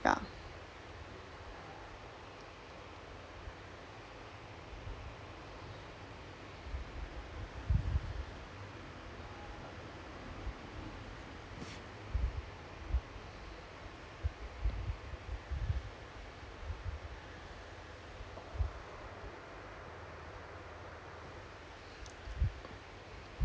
ya